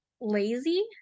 lazy